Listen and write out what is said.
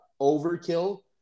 overkill